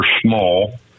small